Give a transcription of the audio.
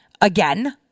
again